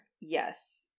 Yes